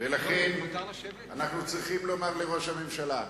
ולכן אנחנו צריכים לומר לראש הממשלה: